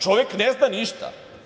Čovek ne zna ništa.